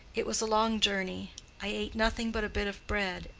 it was a long journey i ate nothing but a bit of bread,